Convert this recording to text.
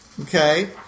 Okay